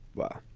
well,